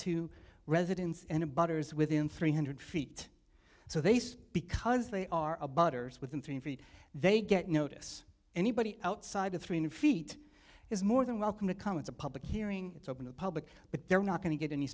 to residents in a butters within three hundred feet so they say because they are a butters within three feet they get notice anybody outside of three hundred feet is more than welcome to come it's a public hearing it's open to the public but they're not going to get any